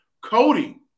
Cody